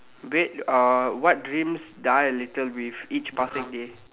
wait uh what dreams die a little with each passing day